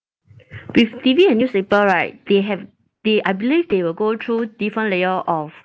with T_V and newspaper right they have they I believe they will go through different layer of